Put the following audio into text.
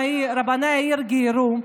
רבני העיר גיירו,